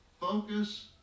focus